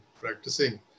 practicing